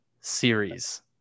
series